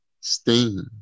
Sting